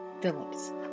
Phillips